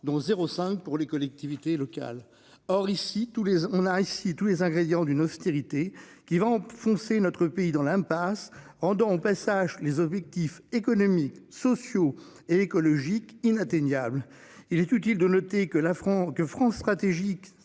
Donc 0 5 pour les collectivités locales, or ici. Tous les ans on a ici tous les ingrédients d'une austérité qui va enfoncer notre pays dans l'impasse. Rendons au passage les objectifs économiques, sociaux et écologiques inatteignable. Il est utile de noter que l'affront que